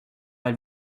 elle